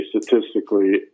statistically